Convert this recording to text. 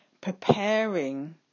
preparing